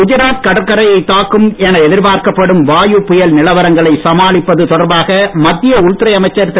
குஜராத் கடற்கரையை தாக்கும் என எதிர்பார்க்கப்படும் வாயு புயல் நிலவரங்களை சமாளிப்பது தொடர்பாக மத்திய உள்துறை அமைச்சர் திரு